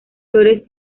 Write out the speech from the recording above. flores